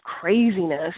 craziness